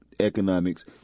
economics